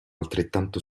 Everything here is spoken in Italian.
altrettanto